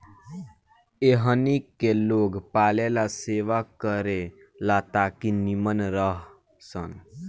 एहनी के लोग पालेला सेवा करे ला ताकि नीमन रह सन